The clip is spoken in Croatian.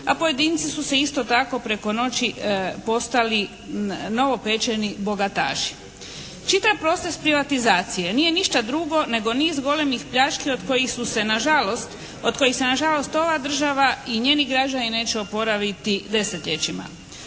a pojedinci su se isto tako preko noći postali novopečeni bogataši. Čitav proces privatizacije nije ništa drugo nego niz golemih pljački od kojih su se na žalost, od kojih se na žalost ova država i njeni građani neće oporaviti desetljećima.